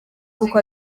kuko